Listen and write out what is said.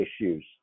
issues